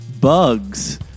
Bugs